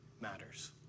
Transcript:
matters